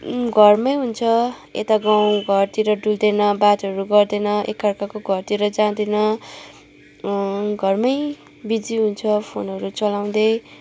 घरमै हुन्छ यता गाउँ घरतिर डुल्दैन बातहरू गर्दैन एकअर्काको घरतिर जाँदैन घरमै बिजी हुन्छ फोनहरू चलाउँदै